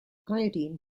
iodine